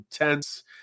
intense